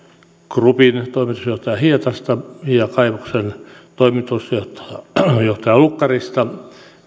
groupin toimitusjohtaja hietasta ja kaivoksen toimitusjohtaja lukkaroista